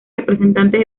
representantes